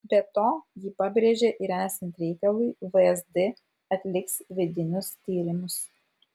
be to ji pabrėžė ir esant reikalui vsd atliks vidinius tyrimus